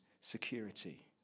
security